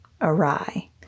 awry